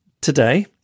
today